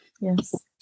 Yes